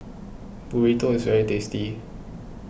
Burrito is very tasty